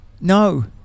No